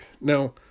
Now